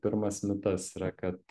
pirmas mitas yra kad